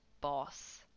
boss